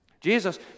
Jesus